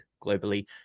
globally